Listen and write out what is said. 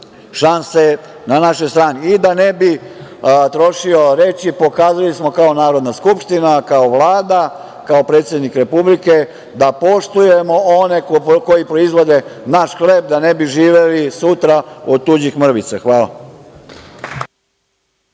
šanse na našoj strani. Da ne bi trošio reči, pokazali smo kao Narodna skupština, kao Vlada, kao predsednik Republike, da poštujemo one koji proizvode naš hleb, da ne bi živeli sutra od tuđih mrvica. Hvala.